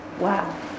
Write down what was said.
Wow